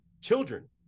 children